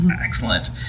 Excellent